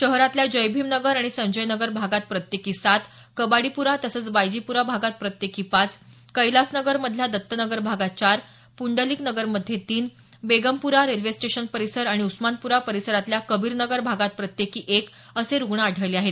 शहरातल्या जयभीम नगर आणि संजय नगर भागात प्रत्येकी सात कबाडीपुरा तसंच बायजीपुरा भगात प्रत्येकी पाच कैलासनगर मधल्या दत्तनगर भागात चार पुंडलिकनगरमध्ये तीन बेगमपुरा रेल्वे स्टेशन परिसर आणि उस्मानपुरा परिसरातल्या कबीर नगर भागात प्रत्येकी एक असे रुग्ण आढळले आहेत